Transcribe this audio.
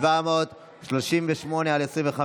1738/25,